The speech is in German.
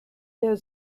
der